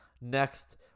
next